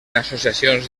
associacions